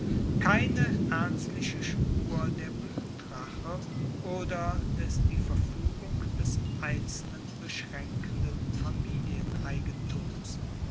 keine ernstliche spur der blutrache oder des die verfuegung des einzelnen beschraenkenden